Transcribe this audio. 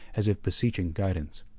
as if beseeching guidance.